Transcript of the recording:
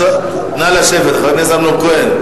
נא לשבת, חבר הכנסת אמנון כהן.